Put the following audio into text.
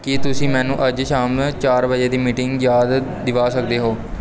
ਕੀ ਤੁਸੀਂ ਮੈਨੂੰ ਅੱਜ ਸ਼ਾਮ ਚਾਰ ਵਜੇ ਦੀ ਮੀਟਿੰਗ ਦੀ ਯਾਦ ਦਿਵਾ ਸਕਦੇ ਹੋ